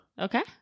Okay